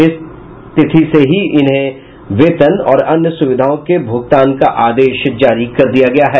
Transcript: इस तिथि से ही उन्हें वेतन और अन्य सुविधाओं के भुगतान का आदेश जारी कर दिया गया है